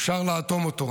אפשר לאטום אותו.